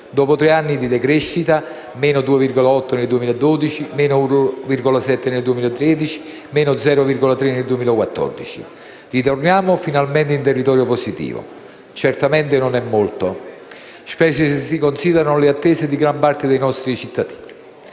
dopo tre anni di decrescita (meno 2,8 nel 2012, meno 1,7 nel 2013, meno 0,3 nel 2014) ritorniamo finalmente in territorio positivo. Certamente non è molto, specie se si considerano le attese di gran parte dei nostri cittadini;